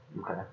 Okay